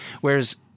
Whereas